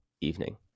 evening